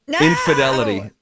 infidelity